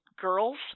Girls